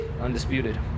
Undisputed